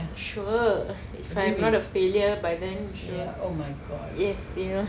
sure if I'm not a failure by then ya yes you know